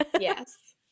yes